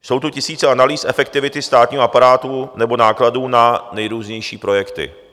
Jsou tu tisíce analýz efektivity státního aparátu nebo nákladů na nejrůznější projekty.